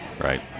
Right